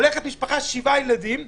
הולכת משפחה עם שבעה ילדים להיבדק,